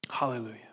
Hallelujah